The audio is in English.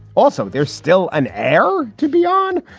also, there's still an air to be on.